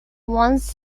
once